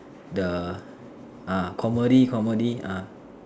the ah comedy comedy ah